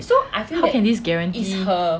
how can this guarantee